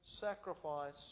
sacrifice